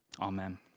Amen